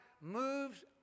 moves